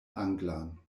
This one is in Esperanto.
anglan